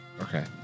Okay